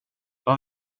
vad